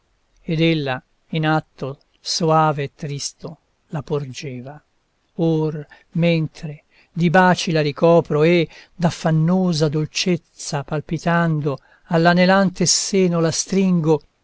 ed ella in atto soave e tristo la porgeva or mentre di baci la ricopro e d'affannosa dolcezza palpitando all'anelante seno la stringo